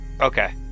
Okay